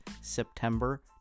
September